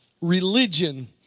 religion